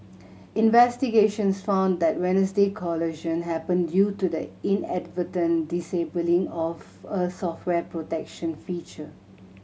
investigations found that Wednesday collision happened due to the inadvertent disabling of a software protection feature